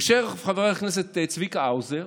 יושב חבר הכנסת צביקה האוזר